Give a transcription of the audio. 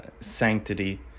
sanctity